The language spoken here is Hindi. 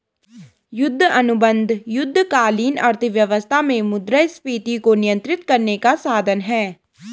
युद्ध अनुबंध युद्धकालीन अर्थव्यवस्था में मुद्रास्फीति को नियंत्रित करने का साधन हैं